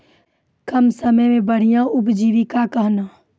कम समय मे बढ़िया उपजीविका कहना?